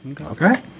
Okay